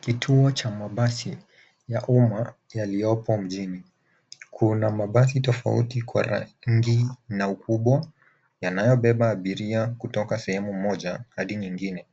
Kituo cha mabasi ya umma yaliyopo mjini. Kuna mabasi tofauti kwa rangi na ukubwa yanayobeba abiria kutoka sehemu moja hadi nyingine.